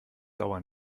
dauer